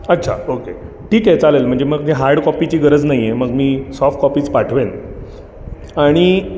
अच्छा ओके ठीक आहे चालेल म्हणजे मग हार्ड कॉपीची गरज नाही आहे मग मी सॉफ्ट कॉपीच पाठवेन आणि